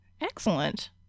Excellent